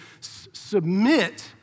submit